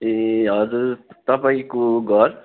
ए हजुर तपाईँको घर